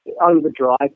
Overdrive